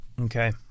Okay